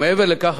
ומעבר לכך,